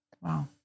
Wow